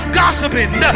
gossiping